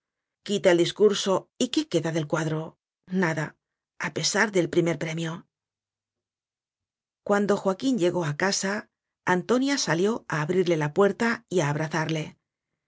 quita el discurso y qué queda del cuadro nada a pesar del primer premio cuando joaquín llegó a casa antonia sa lió a abrirle la puerta y a abrazarle